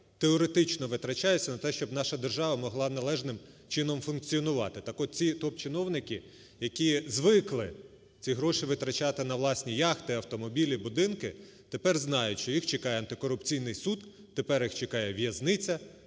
теоретично витрачаються на те, щоб наша держава могла належним чином функціонувати. Так от ці топ-чиновники, які звикли ці гроші витрачати на власні яхти, автомобілі, будинки, тепер знають, що їх чекає антикорупційний суд, тепер їх чекає в'язниця.